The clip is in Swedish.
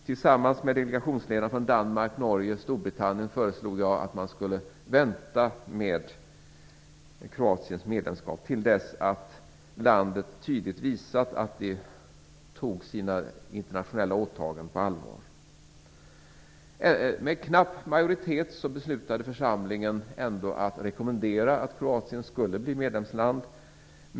Tillsammans med delegationsledare från Danmark, Norge och Storbritannien föreslog jag att man skulle vänta med Kroatiens medlemskap till dess landet tydligt visat att det tar sina internationella åtaganden på allvar. Med knapp majoritet beslutade församlingen ändå att rekommendera att Kroatien skulle bli medlemsland.